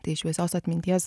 tai šviesios atminties